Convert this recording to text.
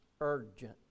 urgent